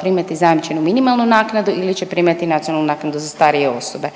primati zajamčenu minimalnu naknadu ili će primati nacionalnu naknadu za starije osobe.